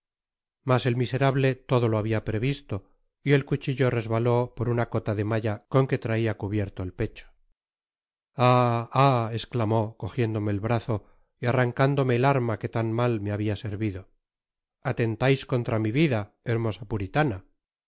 mas el miserable lodo lo habia previsto y el cuchillo resbaló por una cota de malla con que traia cubierto el pecho ah ah esclamó cogiéndome el brazo y arrancándome el arma que tan mal me habia servido atentais contra mi